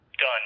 Done